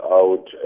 out